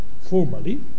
formally